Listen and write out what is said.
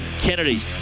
Kennedy